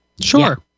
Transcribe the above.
sure